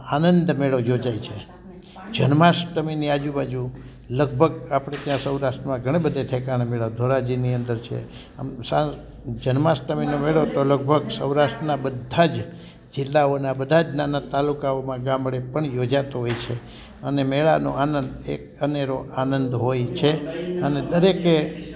આનંદમેળો યોજાય છે જન્માષ્ટમીની આજુબાજુ લગભગ આપણે ત્યાં સૌરાષ્ટ્રમાં ઘણે બધે ઠેકાણે મેળા ધોરાજીની અંદર છે આમ સાં જન્માષ્ટમીનો મેળો તો લગભગ સૌરાષ્ટ્રના બધાંજ જિલ્લાઓના બધાંજ નાના તાલુકાઓમાં ગામડે પણ યોજાતો હોય છે અને મેળાનો આનંદ એક અનેરો આનંદ હોય છે અને દરેકે